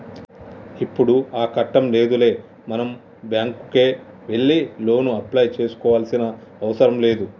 ఇప్పుడు ఆ కట్టం లేదులే మనం బ్యాంకుకే వెళ్లి లోను అప్లై చేసుకోవాల్సిన అవసరం లేదు